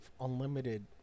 unlimited